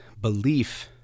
belief